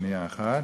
הצעת החוק